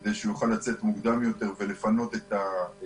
כדי שהוא יוכל לצאת מוקדם יותר ולפנות את המקום.